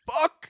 fuck